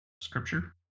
scripture